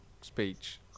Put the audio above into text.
speech